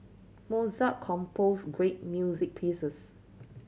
Mozart composed great music pieces